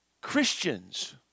Christians